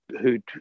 who'd